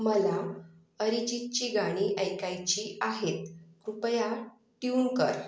मला अरिजितची गाणी ऐकायची आहेत कृपया ट्यून कर